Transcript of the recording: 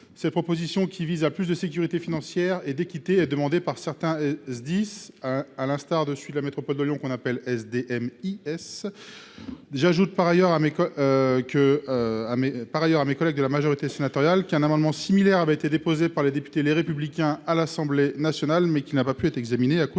Cette mesure, qui vise à plus de sécurité financière et d'équité, est demandée par certains Sdis, à l'instar de celui de la Métropole de Lyon, que l'on appelle SDMIS. J'ajoute pour mes collègues de la majorité sénatoriale qu'un amendement similaire avait été déposé par les députés Les Républicains à l'Assemblée nationale, mais qu'il n'a pas pu être examiné à cause